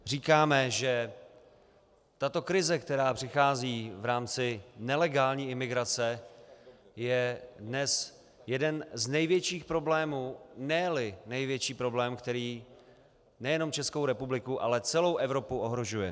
Říkáme, že tato krize, která přichází v rámci nelegální imigrace, je dnes jeden z největších problémů, neli největší problém, který nejenom Českou republiku, ale celou Evropu ohrožuje.